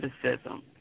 criticism